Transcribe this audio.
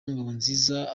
ngabonziza